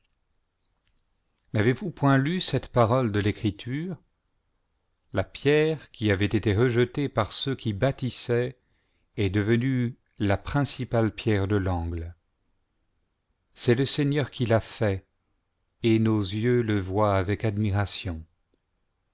narez vous point lu cette parole de l'écriture la pierre qui avait été rejetée par ceux qui bâtissaient est devenue la principale pierre de l'angle c'est le seigneur qui l'a fait et nos yeux le voient avec admiration